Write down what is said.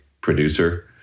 producer